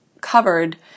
covered